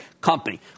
company